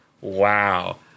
Wow